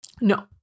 No